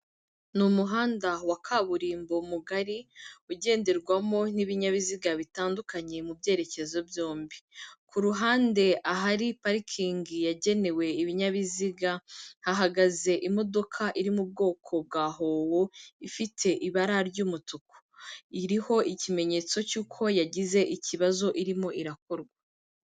Ni umuhanda wa kaburimbo mugari ugenderwamo n'ibinyabiziga bitandukanye mu byerekezo byombi. Ku ruhande ahari parikingi yagenewe ibinyabiziga, hahagaze imodoka iri mu bwoko bwa howo ifite ibara ry'umutuku. Iriho ikimenyetso cy'uko yagize ikibazo irimo irakorwa.